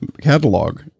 catalog